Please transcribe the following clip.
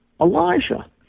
Elijah